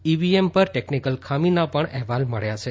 EVM પર technical ખામીના પણ અહેવાલ મળ્યા છે